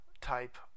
type